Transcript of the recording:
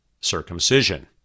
circumcision